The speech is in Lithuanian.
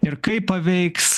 ir kaip paveiks